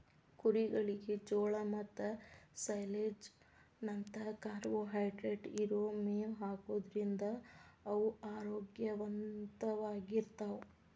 ಕುರಿಗಳಿಗೆ ಜೋಳ ಮತ್ತ ಸೈಲೇಜ್ ನಂತ ಕಾರ್ಬೋಹೈಡ್ರೇಟ್ ಇರೋ ಮೇವ್ ಹಾಕೋದ್ರಿಂದ ಅವು ಆರೋಗ್ಯವಂತವಾಗಿರ್ತಾವ